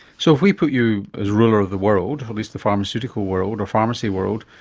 so if we put you as ruler of the world, at least the pharmaceutical world, or pharmacy world,